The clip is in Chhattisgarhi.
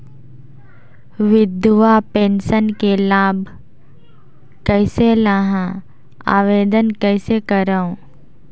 विधवा पेंशन के लाभ कइसे लहां? आवेदन कइसे करव?